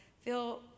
feel